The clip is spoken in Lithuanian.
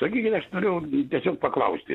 sakykit aš norėjau tiesiog paklausti